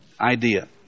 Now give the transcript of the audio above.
idea